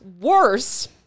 worse